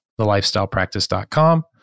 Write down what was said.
thelifestylepractice.com